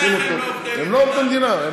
שים אותו, איך הם לא עובדי מדינה?